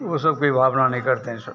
वह सब कोई भावना नहीं करते हैं सब